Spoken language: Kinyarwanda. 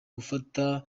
gufata